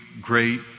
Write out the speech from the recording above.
great